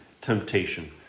temptation